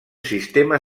sistema